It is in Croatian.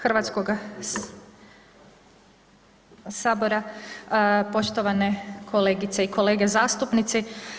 Hrvatskoga sabora, poštovane kolegice i kolege zastupnici.